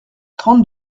trente